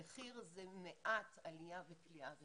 המחיר זה מעט עלייה בכליאה ונפקדות.